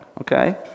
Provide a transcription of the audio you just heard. okay